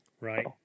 Right